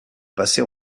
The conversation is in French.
passer